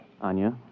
Anya